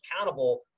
accountable